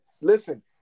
listen